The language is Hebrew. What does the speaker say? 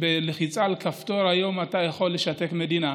כשבלחיצה על כפתור אתה יכול היום לשתק מדינה?